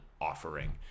offering